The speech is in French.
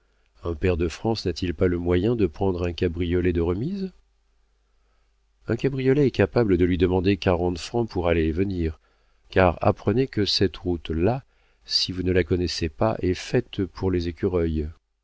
un pair de france n'a-t-il pas le moyen de prendre un cabriolet de remise un cabriolet est capable de lui demander quarante francs pour aller et venir car apprenez que cette route là si vous ne la connaissez pas est faite pour les écureuils